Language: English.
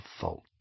fault